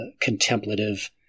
contemplative